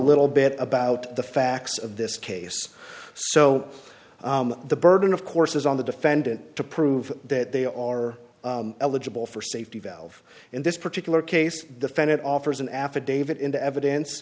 little bit about the facts of this case so the burden of course is on the defendant to prove that they are eligible for safety valve in this particular case defendant offers an affidavit into evidence